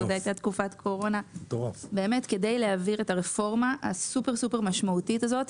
זו הייתה תקופת קורונה; כדי להעביר את הרפורמה הסופר משמעותית הזאת,